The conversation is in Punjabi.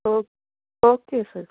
O okay sir